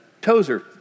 Tozer